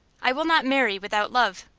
i will not marry without love.